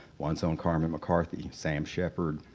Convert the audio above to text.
once on cormac mccarthy, sam shepherd,